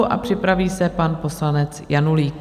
A připraví se pan poslanec Janulík.